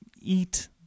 eat